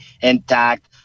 intact